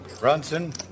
Brunson